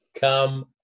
come